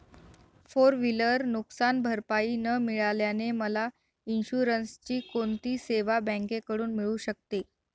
Four wheeler नुकसानभरपाई न मिळाल्याने मला इन्शुरन्सची कोणती सेवा बँकेकडून मिळू शकते?